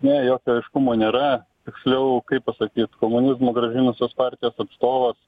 ne jokio aiškumo nėra tiksliau kaip pasakyt komunizmą gražinusios partijos atstovas